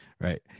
right